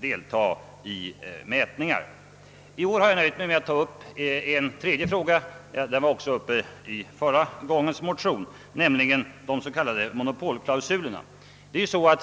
delta i mätningar. I år har jag nöjt mig med att ta upp en tredje fråga — den var också uppe i motionen förra gången — nämligen de s.k. monopolklausulerna.